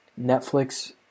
Netflix